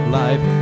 life